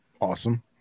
Awesome